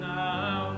now